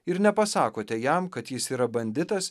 ir nepasakote jam kad jis yra banditas